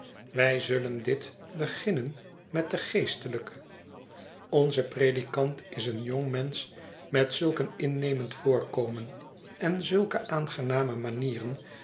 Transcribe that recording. wij zullen ditbeginnen met dengeestelijke onze predikant is eenjongmensch met zulk een innemend voorkomen en zulke aangename manieren